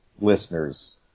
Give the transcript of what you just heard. listeners